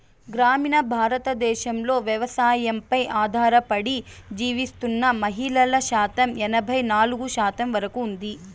గ్రామీణ భారతదేశంలో వ్యవసాయంపై ఆధారపడి జీవిస్తున్న మహిళల శాతం ఎనబై నాలుగు శాతం వరకు ఉంది